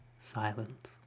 silence